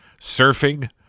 surfing